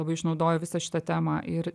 labai išnaudojo visą šitą temą ir